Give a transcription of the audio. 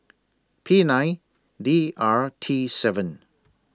P nine D R T seven